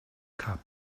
cup